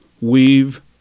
weave